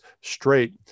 straight